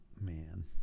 Man